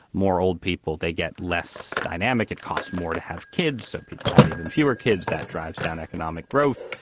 more old people, they get less dynamic. it costs more to have kids. so people have even fewer kids. that drives down economic growth.